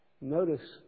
notice